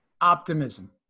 optimism